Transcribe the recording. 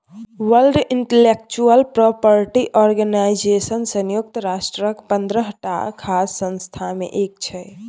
world intellectual property organisation संयुक्त राष्ट्रक पंद्रहटा खास संस्था मे एक छै